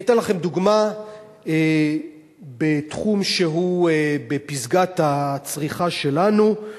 אתן לכם דוגמה בתחום שהוא בפסגת הצריכה שלנו.